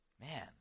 Man